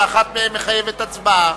שאחת מהן מחייבת הצבעה.